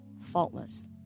faultless